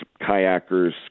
kayakers